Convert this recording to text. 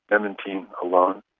memantine alone,